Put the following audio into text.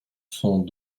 sont